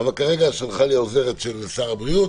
כרגע שלחה לי העוזרת של שר הבריאות: